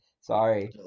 sorry